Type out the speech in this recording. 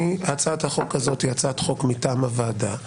הצעת החוק הזאת היא הצעת חוק מטעם הוועדה,